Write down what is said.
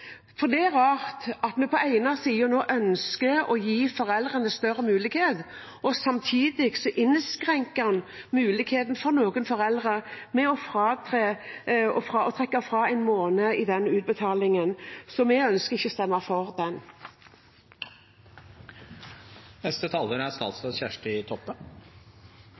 for det. Da er det sånn at vi på den ene siden nå ønsker å gi foreldrene større mulighet, og samtidig innskrenker man muligheten for noen foreldre ved å trekke fra en måned i den utbetalingen. Så vi ønsker ikke å stemme for det. Den norske foreldrepengeordninga er